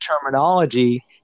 terminology